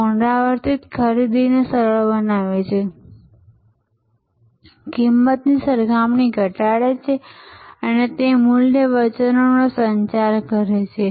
તે પુનરાવર્તિત ખરીદીને સરળ બનાવે છે કિંમતની સરખામણી ઘટાડે છે અને તે મૂલ્ય વચનનો સંચાર કરે છે